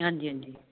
ਹਾਂਜੀ ਹਾਂਜੀ